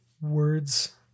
words